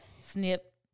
snip